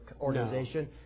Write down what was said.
organization